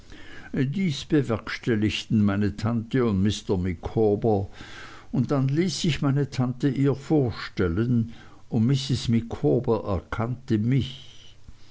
dies bewerkstelligten meine tante und mr micawber und dann ließ sich meine tante ihr vorstellen und mrs micawber erkannte mich